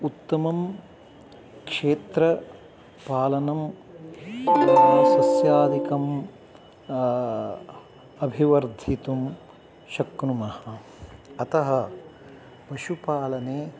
उत्तमं क्षेत्र पालनं सस्यादिकम् अभिवर्धितुं शक्नुमः अतः पशुपालने